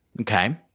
Okay